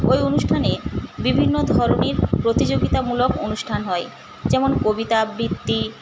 ওই অনুষ্ঠানে বিভিন্ন ধরনের প্রতিযোগিতামূলক অনুষ্ঠান হয় যেমন কবিতা আবৃত্তি